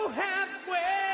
halfway